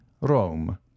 rome